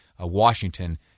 Washington